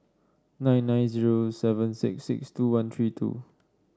nine nine zero seven six six two one three two